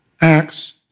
Acts